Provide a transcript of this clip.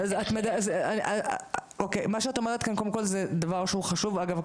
את אומרת כאן דבר שהוא חשוב אגב,